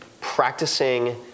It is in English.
practicing